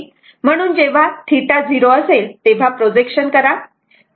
म्हणून जेव्हा θ 0 असेल तेव्हा प्रोजेक्शन करा